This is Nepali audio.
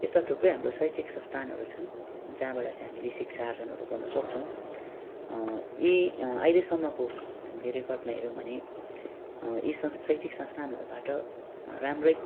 यस्ता थुप्रै हाम्रो शैक्षिक संस्थानहरू छन् जहाँबाट चाहिँ हामीले शिक्षा आर्जनहरू गर्न सक्छौँ यी अहिलेसम्मको हामीले रेकर्डमा हर्यौँ भने यी शैक्षिक संस्थानहरूबाट राम्रै